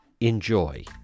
enjoy